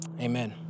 Amen